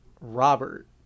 robert